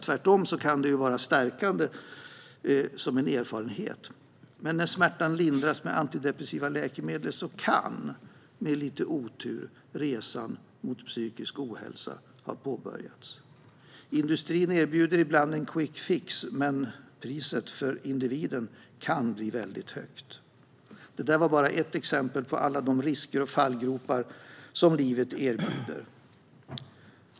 Tvärtom kan det vara stärkande som en erfarenhet. Men när smärtan lindras med antidepressiva läkemedel kan, med lite otur, resan mot psykisk ohälsa ha påbörjats. Industrin erbjuder ibland en quickfix, men priset för individen kan bli väldigt högt. Detta var bara ett exempel på alla de risker och fallgropar som livet erbjuder.